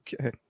okay